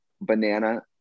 banana